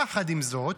יחד עם זאת,